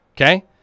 okay